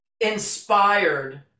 inspired